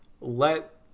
let